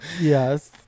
Yes